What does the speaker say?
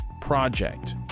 Project